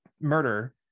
murder